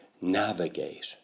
navigate